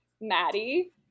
Maddie